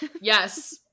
Yes